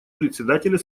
председателя